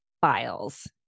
files